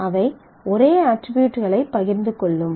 அவை ஒரே அட்ரிபியூட்களைப் பகிர்ந்து கொள்ளும்